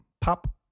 pop